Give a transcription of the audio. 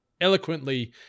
eloquently